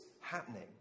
happening